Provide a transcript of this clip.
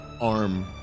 arm